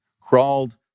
crawled